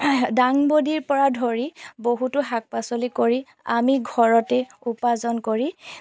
দাংবদিৰপৰা ধৰি বহুতো শাক পাচলি কৰি আমি ঘৰতেই উপাৰ্জন কৰি